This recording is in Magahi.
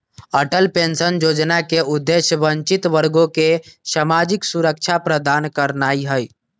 अटल पेंशन जोजना के उद्देश्य वंचित वर्गों के सामाजिक सुरक्षा प्रदान करनाइ हइ